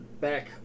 back